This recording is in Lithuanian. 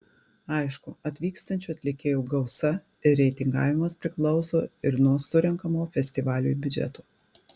aišku atvykstančių atlikėjų gausa ir reitingavimas priklauso ir nuo surenkamo festivaliui biudžeto